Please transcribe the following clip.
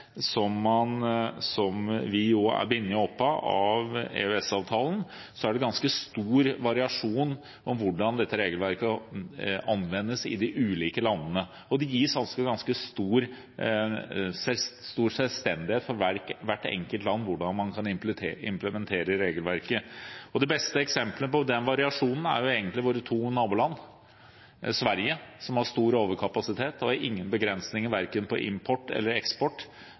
som vi jo er bundet av gjennom EØS-avtalen, anvendes i de ulike landene. Og det gis ganske stor selvstendighet til hvert enkelt land med tanke på hvordan man kan implementere regelverket. Det beste eksemplet på den variasjonen er våre to naboland – Sverige, som har stor overkapasitet og ingen begrensninger verken på import eller eksport